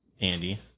Andy